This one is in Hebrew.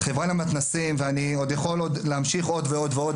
חברה למתנ"סים ואני עוד יכול להמשיך עוד ועוד ועוד,